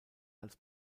als